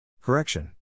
Correction